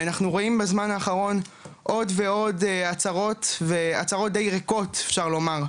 אנחנו רואים בזמן האחרון עוד ועוד הצהרות והצהרות די ריקות אפשר לומר,